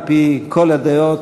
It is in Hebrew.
על-פי כל הדעות,